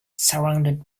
surrounded